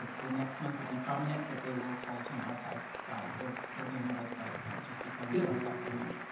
the next month will be prominent but they will fall to an archive side. they'll still be on the website and they'll just become archived by month.